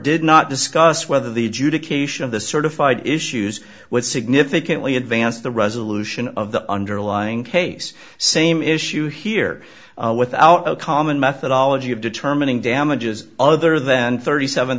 did not discuss whether the juda cation of the certified issues with significantly advance the resolution of the underlying case same issue here without a common methodology of determining damages other than thirty seven